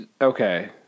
Okay